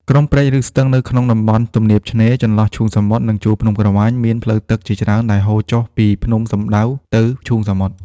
ក្រុមព្រែក ឬស្ទឹង នៅក្នុងតំបន់ទំនាបឆ្នេរ ចន្លោះឈូងសមុទ្រ និងជួរភ្នំក្រវាញ មានផ្លូវទឹកជាច្រើនដែលហូរចុះពីភ្នំសំដៅទៅឈូងសមុទ្រ។